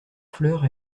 fleurs